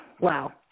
Wow